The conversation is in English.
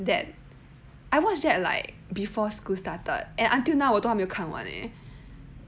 ya that I watched that like before school started and until now 我都还没有看完 eh